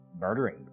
murdering